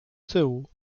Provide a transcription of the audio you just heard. tyłu